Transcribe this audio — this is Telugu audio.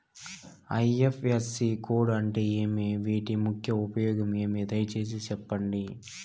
ఐ.ఎఫ్.ఎస్.సి కోడ్ అంటే ఏమి? వీటి ముఖ్య ఉపయోగం ఏమి? దయసేసి సెప్పండి?